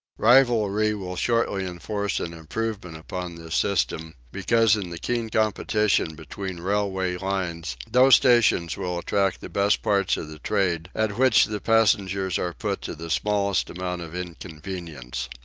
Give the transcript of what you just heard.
rivalry will shortly enforce an improvement upon this system, because in the keen competition between railway lines those stations will attract the best parts of the trade at which the passengers are put to the smallest amount of inconvenience.